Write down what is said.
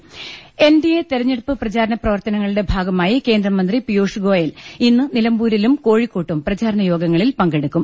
് N D A തെരഞ്ഞെടുപ്പ് പ്രചാരണ പ്രവർത്ത നങ്ങളുടെ ഭാഗമായി കേന്ദ്രമന്ത്രി പിയൂഷ് ഗോയൽ ഇന്ന് നിലമ്പൂരിലും കോഴിക്കോട്ടും പ്രചാരണ യോഗങ്ങളിൽ പങ്കെടുക്കും